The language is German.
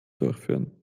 durchführen